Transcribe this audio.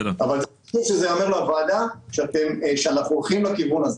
אבל חשוב שייאמר לוועדה שאנחנו הולכים לכיוון הזה,